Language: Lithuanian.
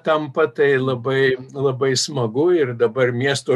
tampa tai labai labai smagu ir dabar miesto